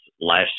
last